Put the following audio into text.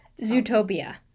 Zootopia